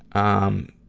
um,